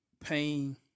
pain